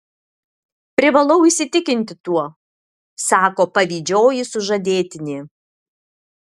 privalau įsitikinti tuo sako pavydžioji sužadėtinė